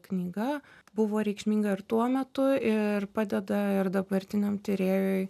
knyga buvo reikšminga ir tuo metu ir padeda ir dabartiniam tyrėjui